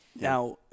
Now